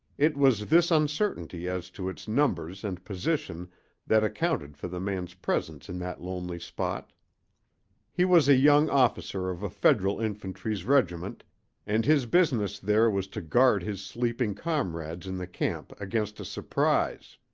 it was this uncertainty as to its numbers and position that accounted for the man's presence in that lonely spot he was a young officer of a federal infantry regiment and his business there was to guard his sleeping comrades in the camp against a surprise.